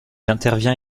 intervient